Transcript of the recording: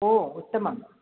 ओ उत्तमम्